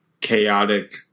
chaotic